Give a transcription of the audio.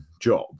job